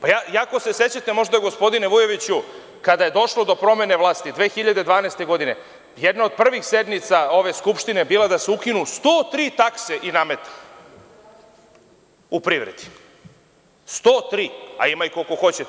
Ako se sećate možda, gospodine Vujoviću, kada je došlo do promene vlasti 2012. godine, jedna od prvih sednica ove Skupštine je bila da se ukinu 103 takse i nameta u privredi, a ima ih koliko hoćete.